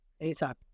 Anytime